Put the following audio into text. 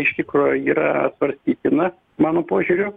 iš tikro yra svarstytina mano požiūriu